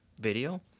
video